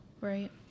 Right